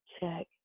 check